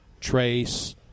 Trace